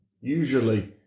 usually